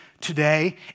today